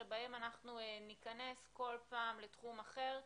שבהם ניכנס בכול פעם לתחום אחר,